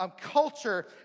culture